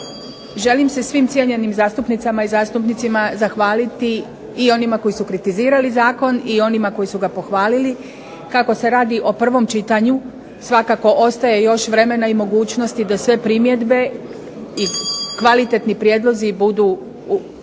želim se svim cijenjenim zastupnicama i zastupnicima zahvaliti i onima koji su kritizirali zakon i onima koji su ga pohvalili. Kako se radi o prvom čitanju svakako ostaje još vremena i mogućnosti da sve primjedbe i kvalitetni prijedlozi budu